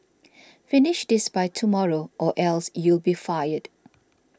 finish this by tomorrow or else you'll be fired